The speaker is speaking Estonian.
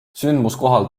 sündmuskohal